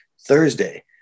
Thursday